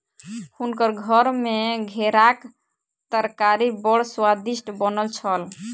हुनकर घर मे घेराक तरकारी बड़ स्वादिष्ट बनल छल